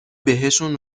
بهشون